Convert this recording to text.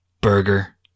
burger